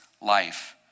life